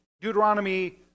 Deuteronomy